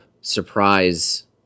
surprise